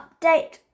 update